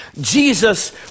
jesus